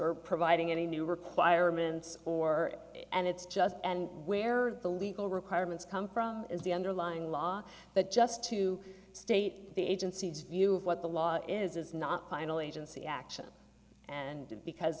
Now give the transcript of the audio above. or providing any new requirements for it and it's just and where are the legal requirements come from is the underlying law but just to state the agency's view of what the law is is not final agency action and because